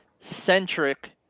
centric